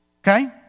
Okay